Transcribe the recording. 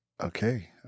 okay